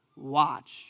Watch